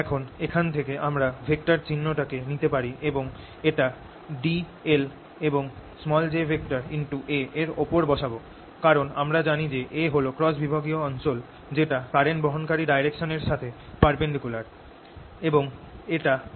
এখন এখান থেকে আমরা ভেক্টর চিহ্ন টাকে নিতে পারি এবং এটা dl এবং j A এর ওপর বসাব কারণ আমরা যানি যে A হল ক্রস বিভাগীয় অঞ্চল যেটা কারেন্ট বহন ডাইরেকশনএর সাথে পারপেন্ডিকুলার এবং এটা I